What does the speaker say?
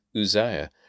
Uzziah